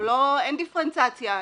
אין דיפרנציאציה.